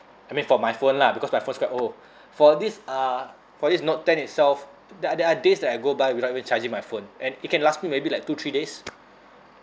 I mean for my phone lah because my phone's quite old for this uh for this note ten itself there are there are days that I go by without even charging my phone and it can last me maybe like two three days